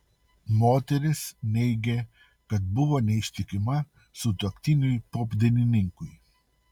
moteris neigė kad buvo neištikima sutuoktiniui popdainininkui